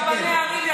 היה עד 1994?